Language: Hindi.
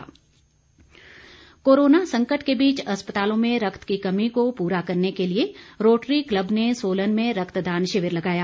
रक्तदान कोरोना संकट के बीच अस्पतालों में रक्त की कमी को पूरा करने के लिए रोटरी क्लब ने सोलन में रक्तदान शिविर लगाया